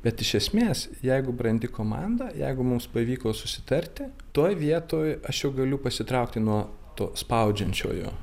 bet iš esmės jeigu brandi komanda jeigu mums pavyko susitarti toj vietoj aš jau galiu pasitraukti nuo to spaudžiančiojo